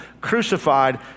crucified